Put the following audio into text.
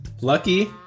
Lucky